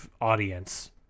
audience